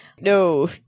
no